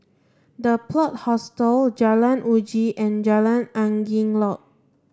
The Plot Hostel Jalan Uji and Jalan Angin Laut